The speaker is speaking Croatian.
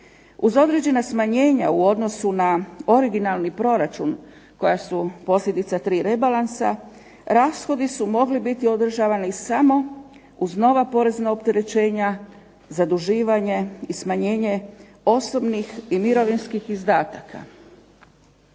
Uz određena smanjenja u odnosu na originalni proračun koja su posljedica tri rebalansa, rashodi su mogli biti održavani samo uz nova porezna opterećenja, zaduživanje i smanjenje osobnih i mirovinskih izdataka.